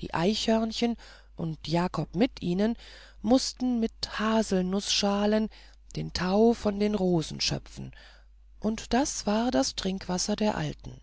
die eichhörnchen und jakob mit ihnen mußten mit haselnußschalen den tau aus den rosen schöpfen und das war das trinkwasser der alten